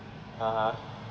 (uh huh)